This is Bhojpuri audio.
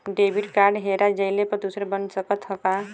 डेबिट कार्ड हेरा जइले पर दूसर बन सकत ह का?